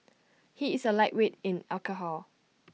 he is A lightweight in alcohol